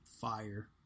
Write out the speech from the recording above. Fire